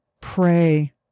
Pray